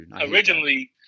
originally